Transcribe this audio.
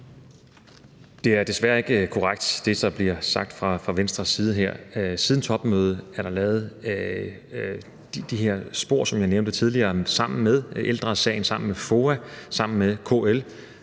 her, er desværre ikke korrekt. Siden topmødet er der lavet de her spor, som jeg nævnte tidligere, sammen med Ældre Sagen, sammen med FOA, sammen med KL.